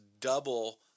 double